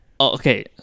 okay